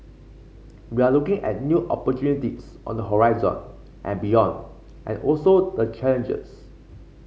we are looking at new opportunities on the horizon and beyond and also the challenges